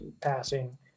passing